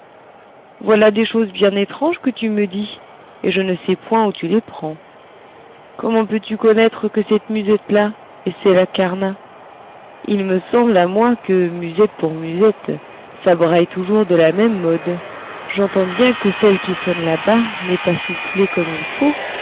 voilà des choses bien étranges que tu me dis et je ne sais point où tu les prends comment peux-tu connaître que cette musette là est celle à carnat il me semble à moi que musette pour musette ça braille toujours de la même mode j'entends bien que celle qui sonne là-bas n'est pas soufflée comme il faut